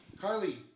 Carly